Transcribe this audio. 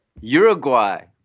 uruguay